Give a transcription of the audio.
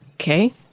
Okay